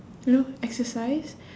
you know exercise